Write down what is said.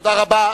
תודה רבה.